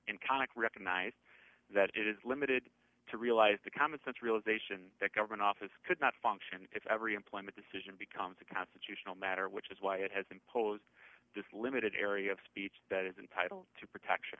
conic recognized that it is limited to realize the commonsense realization that government office could not function if every employment decision becomes a constitutional matter which is why it has imposed this limited area of speech that is entitled to protection